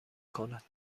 کند